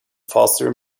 faster